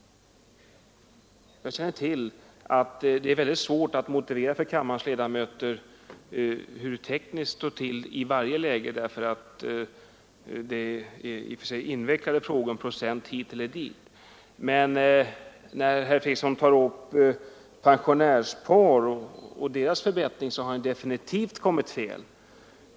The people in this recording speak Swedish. Jag vet att det är väldigt svårt att för kammarens ledamöter motivera hur det tekniskt slår till i varje läge. Det är invecklade frågor med procent hit och dit. Men när han tar upp pensionärspar och deras förbättring, har han definitivt kommit fel.